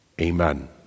Amen